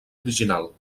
original